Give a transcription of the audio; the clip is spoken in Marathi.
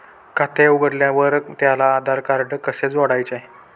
खाते उघडल्यावर त्याला आधारकार्ड कसे जोडायचे?